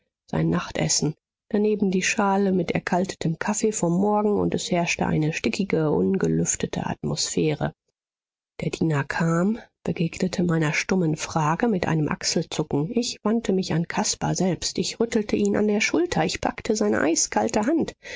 sein nachtessen daneben die schale mit erkaltetem kaffee vom morgen und es herrschte eine stickige ungelüftete atmosphäre der diener kam begegnete meiner stummen frage mit einem achselzucken ich wandte mich an caspar selbst ich rüttle ihn an der schulter ich packe seine eiskalte hand